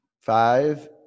Five